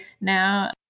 now